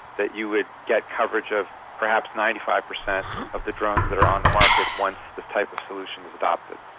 that you would get coverage of perhaps ninety five percent of the drones that are on the market once this type of solution is adopted.